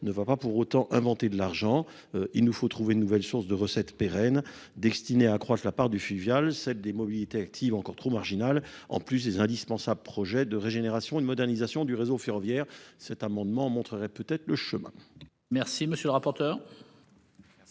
ne va pas pour autant inventer de l'argent. Il nous faut trouver de nouvelles sources de recettes pérennes destiné à accroître la part du fluvial, celle des mobilités actives encore trop marginal en plus les indispensables projets de régénération une modernisation du réseau ferroviaire. Cet amendement montrerai peut être le chemin. Merci monsieur le rapporteur.